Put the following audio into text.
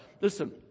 Listen